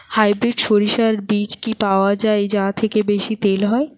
Hybrid শরিষা বীজ কি পাওয়া য়ায় যা থেকে বেশি তেল হয়?